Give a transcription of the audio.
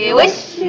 wish